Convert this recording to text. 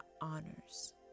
honors